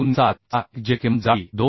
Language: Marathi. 800 2007 चा 1 जेथे किमान जाडी 2